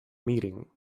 meeting